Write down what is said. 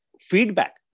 feedback